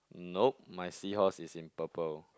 no my seahorse is in purple